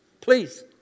Please